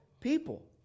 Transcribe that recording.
people